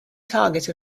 target